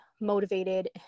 motivated